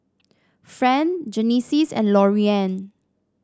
Friend Genesis and Lorean